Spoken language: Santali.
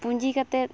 ᱯᱩᱸᱡᱤ ᱠᱟᱛᱮᱫ